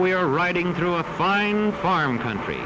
we are riding through a fine farm country